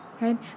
right